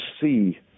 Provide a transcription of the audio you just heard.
see